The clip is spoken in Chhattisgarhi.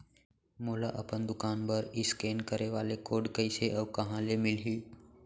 मोला अपन दुकान बर इसकेन करे वाले कोड कइसे अऊ कहाँ ले मिलही?